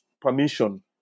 permission